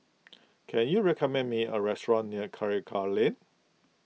can you recommend me a restaurant near Karikal Lane